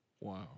Wow